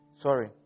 Sorry